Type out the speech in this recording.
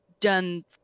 done